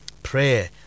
prayer